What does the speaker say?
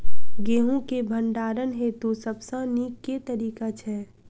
गेंहूँ केँ भण्डारण हेतु सबसँ नीक केँ तरीका छै?